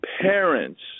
parents